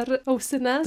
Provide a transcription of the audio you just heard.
per ausines